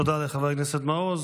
תודה לחבר הכנסת מעוז.